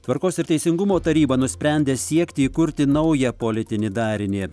tvarkos ir teisingumo taryba nusprendė siekti įkurti naują politinį darinį